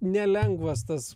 nelengvas tas